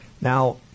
Now